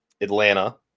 Atlanta